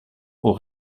aux